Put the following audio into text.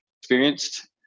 experienced